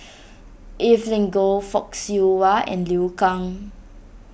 Evelyn Goh Fock Siew Wah and Liu Kang